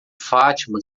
fátima